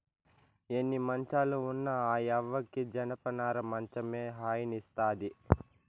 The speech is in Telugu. ఎన్ని మంచాలు ఉన్న ఆ యవ్వకి జనపనార మంచమే హాయినిస్తాది